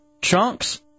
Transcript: Chunks